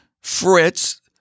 Fritz